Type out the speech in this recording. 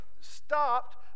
stopped